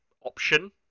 option